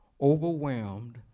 overwhelmed